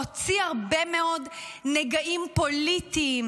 הוציא הרבה מאוד נגעים פוליטיים,